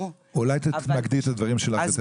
--- אולי תמקדי את הדברים שלך יותר לעניין,